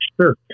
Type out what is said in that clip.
Sure